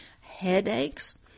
headaches